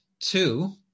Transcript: two